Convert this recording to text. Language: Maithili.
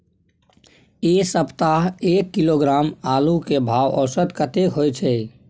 ऐ सप्ताह एक किलोग्राम आलू के भाव औसत कतेक होय छै?